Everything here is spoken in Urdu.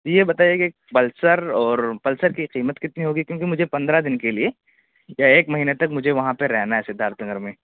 جی یہ بتائیے کہ پلسر اور پلسر کی قیمت کتنی ہوگی کیونکہ مجھے پندرہ دن کے لیے یا ایک مہینہ تک مجھے وہاں پہ رہنا ہے سدھارتھ نگر میں